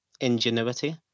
ingenuity